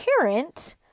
parent